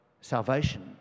salvation